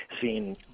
seen